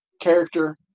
character